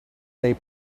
they